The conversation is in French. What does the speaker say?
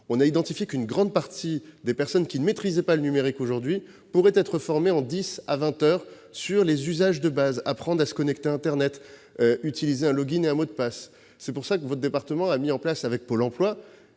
de confirmer qu'une grande partie des personnes qui ne maîtrisent pas le numérique aujourd'hui pouvaient être formées en dix à vingt heures aux usages de base : se connecter à internet ou utiliser un et un mot de passe. C'est pour cela que votre département a mis en place, avec Pôle emploi,